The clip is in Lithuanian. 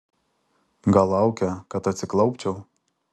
gal laukia kad atsiklaupčiau